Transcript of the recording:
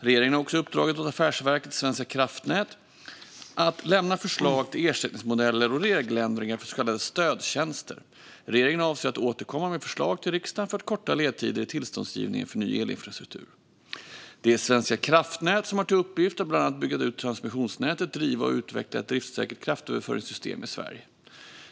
Regeringen har också uppdragit åt Affärsverket svenska kraftnät att lämna förslag till ersättningsmodeller och regeländringar för så kallade stödtjänster. Regeringen avser att återkomma med förslag till riksdagen för att korta ledtider i tillståndsgivningen för ny elinfrastruktur. Det är Svenska kraftnät som har till uppgift att bland annat bygga ut transmissionsnätet och driva och utveckla ett driftssäkert kraftöverföringssystem i Sverige.